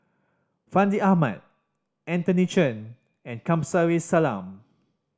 Fandi Ahmad Anthony Chen and Kamsari Salam